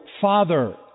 father